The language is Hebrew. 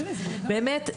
באמת,